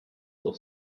auch